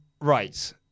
Right